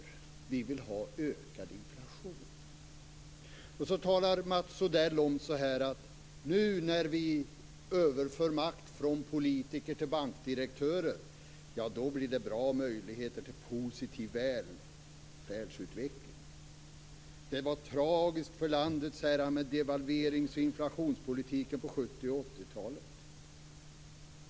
Vi vill ha ökad inflation. Sedan säger Mats Odell att nu när vi överför makt från politiker till bankdirektörer blir det bra möjligheter till en positiv välfärdsutveckling. Han säger att det var tragiskt för landet med devalverings och inflationspolitiken på 70 och 80-talet.